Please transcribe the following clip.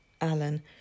Alan